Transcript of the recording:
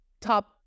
top